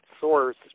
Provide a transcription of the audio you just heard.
source